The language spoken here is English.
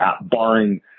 barring